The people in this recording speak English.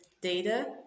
Data